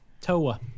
Toa